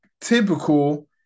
typical